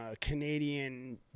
Canadian